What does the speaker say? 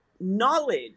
knowledge